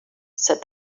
said